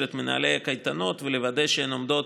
את מנהלי הקייטנות ולוודא שהן עומדות